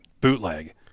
bootleg